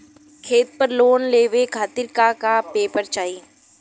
खेत पर लोन लेवल खातिर का का पेपर चाही?